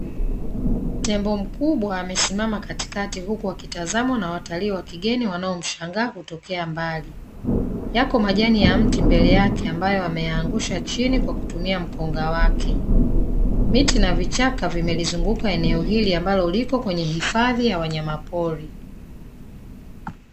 Tembo mkubwa amesimama katikati huku akitazamwa na watalii wa kigeni wanaomshangaa kutokea mbali. Yako majani ya mti mbele yake ambayo ameyaangusha chini kwa kutumia mkonga wake. Miti na vichaka vimelizunguka eneo hili ambalo liko kwenye hifadhi ya wanyamapori.